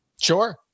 Sure